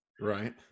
Right